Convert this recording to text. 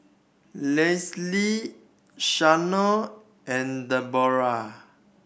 Lesli Shanon and Debora